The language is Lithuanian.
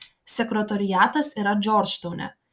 sekretoriatas yra džordžtaune